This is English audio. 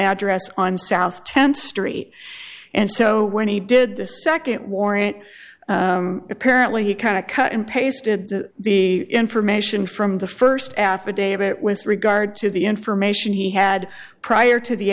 address on south th street and so when he did the nd warrant apparently he kind of cut and pasted the information from the st affidavit with regard to the information he had prior to the